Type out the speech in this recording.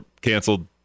canceled